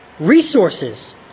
resources